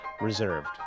reserved